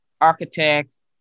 architects